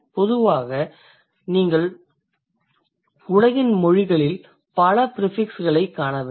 பொதுவாக நீங்கள் உலகின் மொழிகளில் பல ப்ரிஃபிக்ஸ்களைக் காணவில்லை